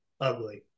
ugly